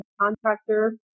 contractor